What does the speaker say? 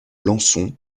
lançon